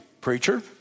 preacher